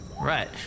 Right